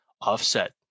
offset